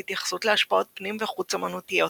בהתייחסות להשפעות פנים וחוץ אמנותיות,